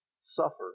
suffer